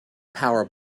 power